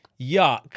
yuck